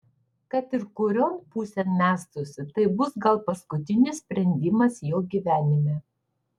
kad ir kurion pusėn mestųsi tai bus gal paskutinis sprendimas jo gyvenime